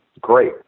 great